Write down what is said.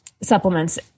supplements